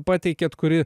pateikėt kuri